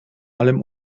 allem